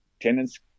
Tenants